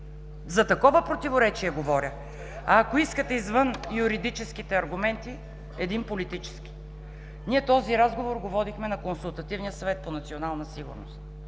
За такова противоречие говоря. Ако искате, извън юридическите аргументи, един политически. Този разговор го водихме на Консултативния съвет по национална сигурност.